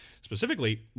Specifically